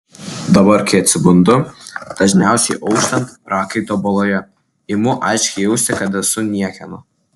dabar kai atsibundu dažniausiai auštant prakaito baloje imu aiškiai jausti kad esu niekieno